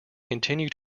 continue